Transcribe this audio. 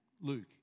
Luke